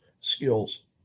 skills